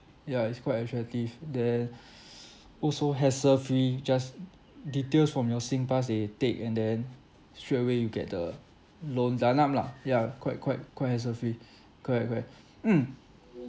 ya it's quite attractive then also hassle free just d~ details from your singpass they take and then straight away you get the loan done up lah ya quite quite quite hassle free correct correct mm